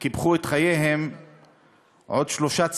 קיפחו את חייהם עוד שלושה צעירים: